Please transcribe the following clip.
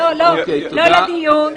לא לדיון,